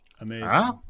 Amazing